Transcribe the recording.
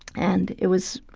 and it was,